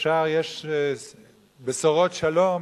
יש בשורות שלום,